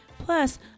Plus